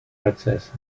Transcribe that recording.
процесса